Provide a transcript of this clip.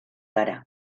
gara